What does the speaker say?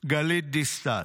גלית דיסטל.